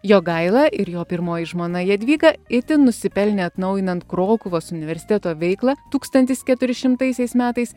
jogaila ir jo pirmoji žmona jadvyga itin nusipelnę atnaujinant krokuvos universiteto veiklą tūkstantis keturi šimtaisiais metais